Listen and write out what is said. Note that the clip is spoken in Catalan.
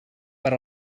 per